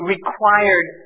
required